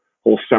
whole